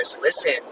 listen